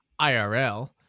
irl